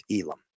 Elam